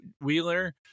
Wheeler